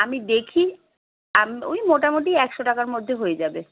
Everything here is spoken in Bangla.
আমি দেখি ওই মোটামুটি একশো টাকার মধ্যে হয়ে যাবে